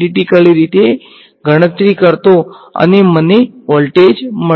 રીતે ગણતરી કરતો અને મને વોલ્ટેજ મળશે